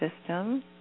system